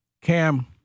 Cam